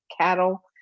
cattle